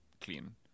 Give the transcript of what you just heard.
clean